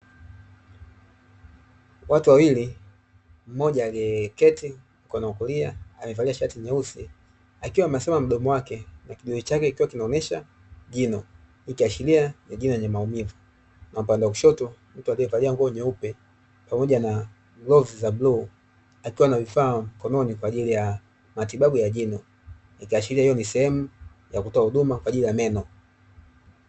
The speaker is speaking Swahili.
Watu wawili mmoja ameketi mkono wa kulia amevalia shati nyeusi akiwa ameachama mdomo wake na kidole chake kikiwa kinaonesha jino ikiashiria ni jino lenye maumivu. Na upande wa kushoto mtu aliyevalia nguo nyeupe pamoja na glovu za bluu akiwa na vifaa mkononi kwa ajili ya matibabu ya jino, Ikiashiria hiyo ni sehemu ya kutoa huduma kwa ajili ya meno.